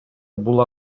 бул